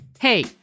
Hey